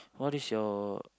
what is your